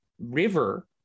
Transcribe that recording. river